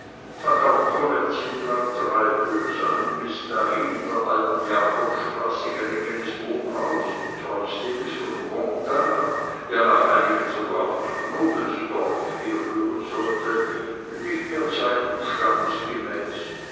fand auch kommerzienrat treibel sein bis dahin in der alten jakobstraße gelegenes wohnhaus trotzdem es von gontard ja nach einigen sogar von knobelsdorff herrühren sollte nicht mehr zeit und standesgemäß